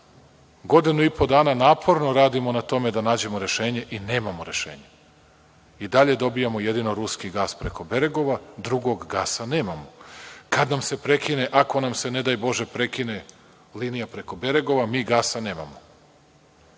i po dana naporno radimo na tome da nađemo rešenje i nemamo rešenje. I dalje dobijamo jedno ruski gas preko Beregova. Drugog gasa nemamo. Kada nam se prekine, ako nam se ne daj bože prekine linija preko Beregova, mi gas nemamo.I